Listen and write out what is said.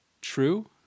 True